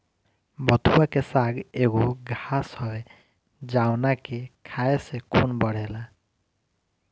बथुआ के साग एगो घास हवे जावना के खाए से खून बढ़ेला